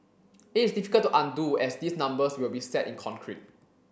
it is difficult to undo as these numbers will be set in concrete